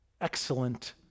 excellent